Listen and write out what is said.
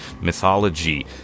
mythology